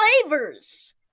Flavors